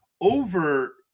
over